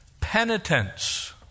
penitence